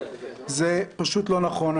זה פשוט לא נכון.